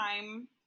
time